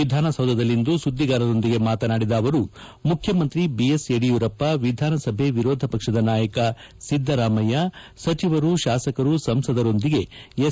ವಿಧಾನಸೌಧದಲ್ಲಿಂದು ಸುದ್ದಿಗಾರರೊಂದಿಗೆ ಮಾತನಾಡಿದ ಅವರು ಮುಖ್ಯಮಂತ್ರಿ ಬಿಎಸ್ ಯಡಿಯೂರಪ್ಪ ವಿಧಾನಸಭೆ ವಿರೋಧ ಪಕ್ಷದ ನಾಯಕ ಸಿದ್ದರಾಮಯ್ಯ ಸಚಿವರು ಶಾಸಕರು ಸಂಸದರೊಂದಿಗೆ ಎಸ್